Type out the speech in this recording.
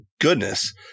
goodness